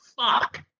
fuck